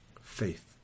Faith